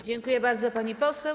Dziękuję bardzo, pani poseł.